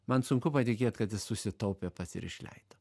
man sunku patikėt kad jis susitaupė pats ir išleido